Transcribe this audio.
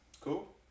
Cool